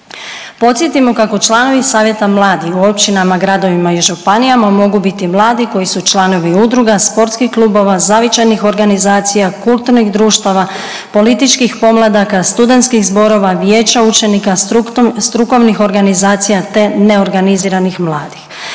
Podsjetimo kako članovi savjeta mladih u općinama, gradovima i županijama mogu biti mladi koji su članovi udruga, sportskih klubova, zavičajnih organizacija, kulturnih društava, političkih pomladaka, studentskih zborova, vijeća učenika, strukovnih organizacija te neorganiziranih mladih.